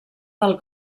del